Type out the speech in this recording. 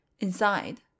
Inside